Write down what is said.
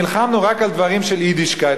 נלחמנו רק על דברים של "יידישקייט",